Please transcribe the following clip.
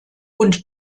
und